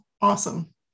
awesome